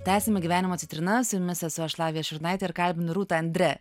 tęsiame gyvenimo citrinas ir mes esu lavija šurnaitė ir kalbinu rūta andre